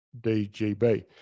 DGB